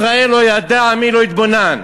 ישראל לא ידע, עמי לא התבונן.